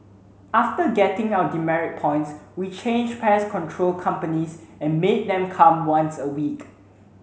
after getting our demerit points we changed pest control companies and made them come once a week